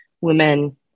women